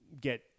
get –